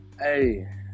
hey